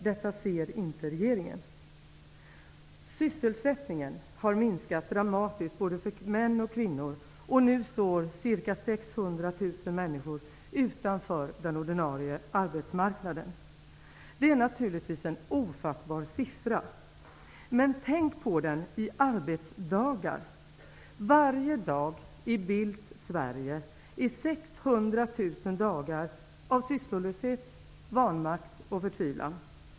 Detta ser inte regeringen. Sysselsättningen har minskat dramatiskt både för män och för kvinnor, och nu står ca 600 000 Det är naturligtvis en ofattbar siffra. Men tänk på den i arbetsdagar! Varje dag i Bildts Sverige är 600 000 dagar av sysslolöshet, vanmakt och förtvivlan.